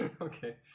okay